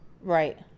Right